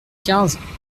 quinze